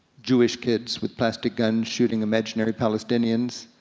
jewish kids with plastic guns shooting imaginary palestinians,